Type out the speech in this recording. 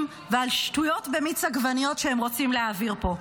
ועל שטויות במיץ עגבניות שהם רוצים להעביר פה.